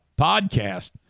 podcast